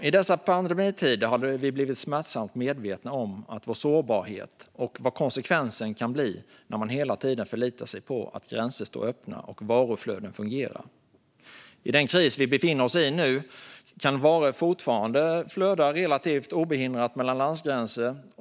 I dessa pandemitider har vi blivit smärtsamt medvetna om vår sårbarhet och vad konsekvensen kan bli när man hela tiden förlitar sig på att gränser står öppna och varuflöden fungerar. I den kris vi befinner oss nu kan varor fortfarande flöda relativt obehindrat över landsgränser.